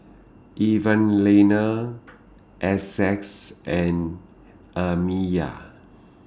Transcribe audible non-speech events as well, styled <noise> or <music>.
Evalena <noise> Essex and Amiya